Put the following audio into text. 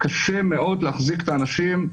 קשה מאוד להחזיק את האנשים.